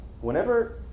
Whenever